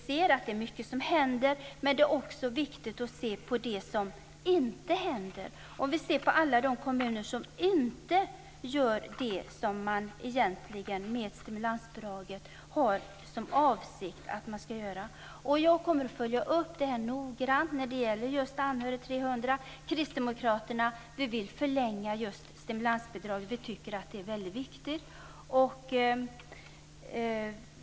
Det händer mycket, men det är viktigt att se också på det som inte händer. Det gäller att se till alla de kommuner som inte gör det som är avsikten med stimulansbidraget. Jag kommer noggrant att följa vad som sker med Anhörig 300. Kristdemokraterna vill förlänga stimulansbidraget, som vi menar är väldigt viktigt.